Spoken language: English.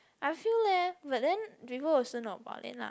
I feel leh but then people also know about it lah